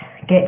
get